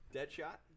Deadshot